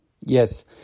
Yes